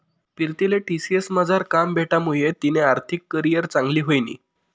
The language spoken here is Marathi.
पीरतीले टी.सी.एस मझार काम भेटामुये तिनी आर्थिक करीयर चांगली व्हयनी